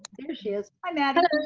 there she is, hi maddy.